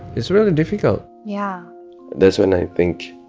it's really difficult yeah that's when i think,